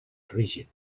rígid